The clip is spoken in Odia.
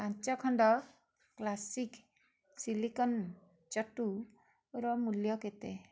ପାଞ୍ଚ ଖଣ୍ଡ କ୍ଲାସିକ୍ ସିଲିକନ୍ ଚଟୁର ମୂଲ୍ୟ କେତେ